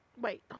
Wait